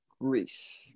Greece